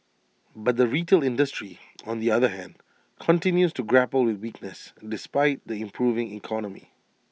but the retail industry on the other hand continues to grapple with weakness despite the improving economy